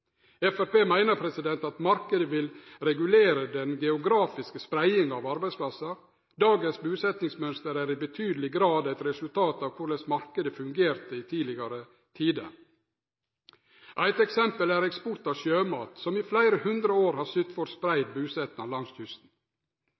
at marknaden vil regulere den geografiske spreiinga av arbeidsplassar. Dagens busetnadsmønster er i betydeleg grad eit resultat av korleis marknaden fungerte i tidlegare tider. Eit eksempel er eksport av sjømat, som i fleire hundre år har sytt for